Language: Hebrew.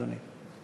אדוני.